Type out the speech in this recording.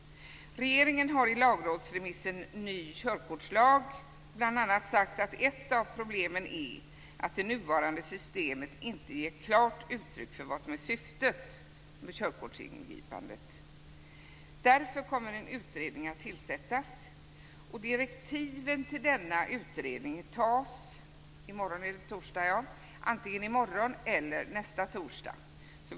Regeringen har i lagrådsremissen Ny körkortslag bl.a. sagt att ett av problemen är att det nuvarande systemet inte ger klart uttryck för vad som är syftet med körkortsingripandet. Därför kommer en utredning att tillsättas. Direktiven till denna utredning ges antingen i morgon eller nästa torsdag.